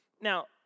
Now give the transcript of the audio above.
Now